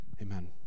Amen